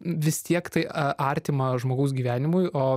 vis tiek tai artima žmogaus gyvenimui o